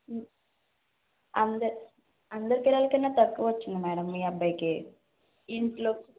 అంద అందరి పిల్లల కన్నా తక్కువ వచ్చింది మేడం మీ అబ్బాయికి ఇంట్లో